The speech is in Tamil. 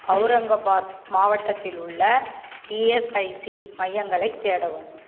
அவுரங்காபாத் மாவட்டத்தில் உள்ள இஎஸ்ஐசி மையங்களைத் தேடவும்